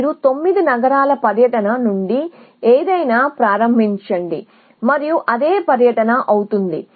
మీరు 9 నగరాల పర్యటన నుండి ఏదైనా ప్రారంభించండి మరియు అదే పర్యటన అవుతుంది